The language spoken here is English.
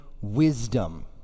wisdom